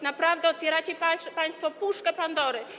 Naprawdę otwieracie państwo puszkę Pandory.